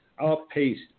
outpaced